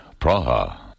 Praha